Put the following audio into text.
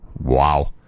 Wow